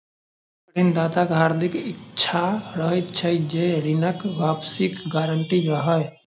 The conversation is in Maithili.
ऋण दाताक हार्दिक इच्छा रहैत छै जे ऋणक वापसीक गारंटी रहय